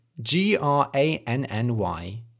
G-R-A-N-N-Y